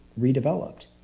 redeveloped